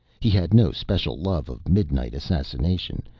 he had no special love of midnight assassination,